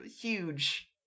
huge